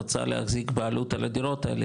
רוצה להחזיק בעלות על הדירות האלה,